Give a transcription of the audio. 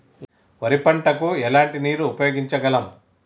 వరి పంట కు ఎలాంటి నీరు ఉపయోగించగలం?